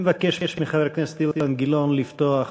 אני מבקש מחבר הכנסת אילן גילאון לפתוח.